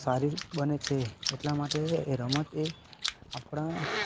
સારી બને છે એટલા માટે એ રમત એ આપણા